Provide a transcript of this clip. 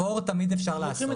אפור תמיד אפשר לעשות,